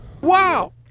Wow